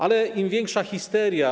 Ale im większa histeria.